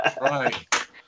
Right